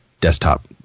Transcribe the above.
desktop